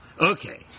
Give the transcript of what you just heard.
Okay